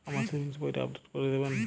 আমার সেভিংস বইটা আপডেট করে দেবেন?